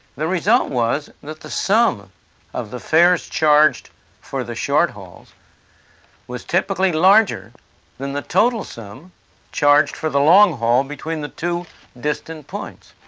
the result was that the sum of the fares charged for the short hauls was typically larger than the total sum charged for the long haul between the two distant points.